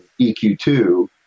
EQ2